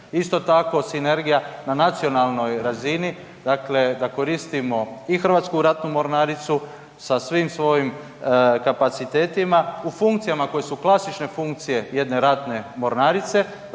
Isto tako sinergija na nacionalnoj razini, dakle da koristimo i Hrvatsku ratnu mornaricu sa svim svojim kapacitetima u funkcijama koje su klasične funkcije jedne ratne mornarice,